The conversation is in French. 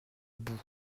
bouts